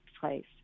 Place